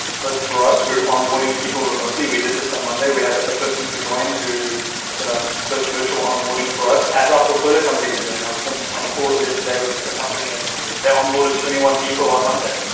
but for us we're onboarding people remotely. we did this on monday. we had a a person who joined you know first virtual onboarding for us as our portfolio companies are doing. i was um on a call earlier today with a company and they onboarded twenty one people on monday,